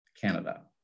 canada